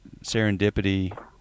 serendipity